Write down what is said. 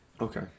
okay